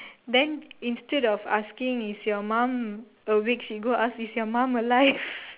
then instead of asking is your mum awake then she go ask is your mum alive